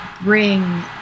bring